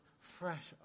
fresh